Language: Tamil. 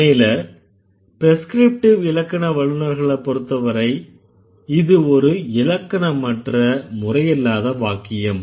உண்மையில ப்ரெஸ்க்ரிப்டிவ் இலக்கண வல்லுநர்களைப் பொருத்த வரை இது ஒரு இலக்கணமற்ற முறையில்லாத வாக்கியம்